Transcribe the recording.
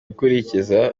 guhuriza